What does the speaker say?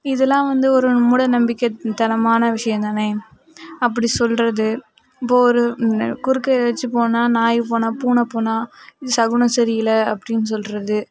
இதுலாம் வந்து ஒரு மூட நம்பிக்கைத்தனமான விஷயம்தானே அப்படி சொல்வது இப்போது ஒரு குறுக்கே ஏதாச்சும் போனால் நாய் போனால் பூனை போனால் சகுனம் சரி இல்லை அப்படின்னு சொல்வது